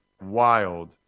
wild